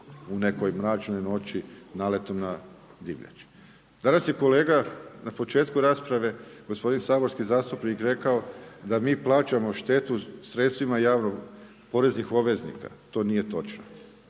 u nekoj mračnoj noći, naletom na divljač. Danas je kolega na početku rasprave, gospodin, saborski zastupnik rekao, da mi plaćamo štetu sredstvima javnih, poreznih obveznika. To nije točno.